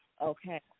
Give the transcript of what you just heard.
Okay